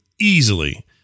easily